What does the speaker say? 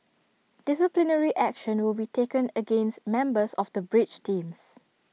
disciplinary action will be taken against members of the bridge teams